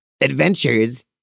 adventures